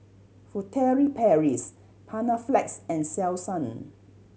Furtere Paris Panaflex and Selsun